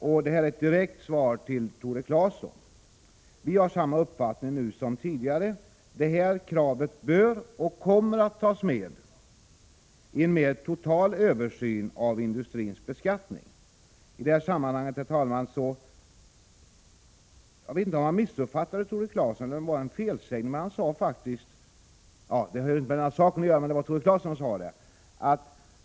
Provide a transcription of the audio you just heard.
Jag kan ge ett direkt svar till Tore Claeson, nämligen att detta krav bör och kommer att tas med i en mera total översyn av industrins beskattning. I detta sammanhang, herr talman, vill jag också kommentera en sak som Tore Claeson sade.